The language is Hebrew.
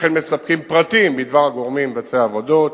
וכן מספקים פרטים בדבר הגורמים מבצעי העבודות.